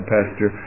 Pastor